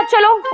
hello.